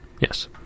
Yes